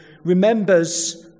remembers